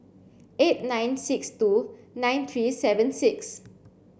eight nine six two nine three seven six